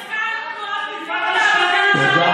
מתגמדת אל מול עטיפת השקרים שלך, אדוני.